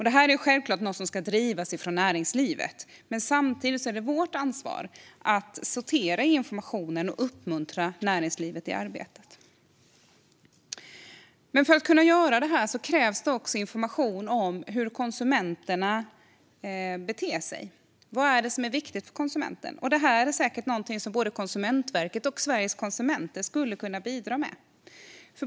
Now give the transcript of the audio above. Det här är självklart något som ska drivas från näringslivet, men samtidigt är det vårt ansvar att sortera i informationen och uppmuntra näringslivet i arbetet. Men för att man ska kunna göra detta krävs det också information om hur konsumenterna beter sig. Vad är det som är viktigt för konsumenten? Det är säkert något som både Konsumentverket och Sveriges konsumenter skulle kunna bidra med.